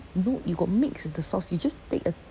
no you got mix with the sauce you just take a